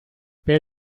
per